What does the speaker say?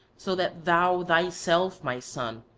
so that thou thyself, my son,